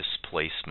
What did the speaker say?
displacement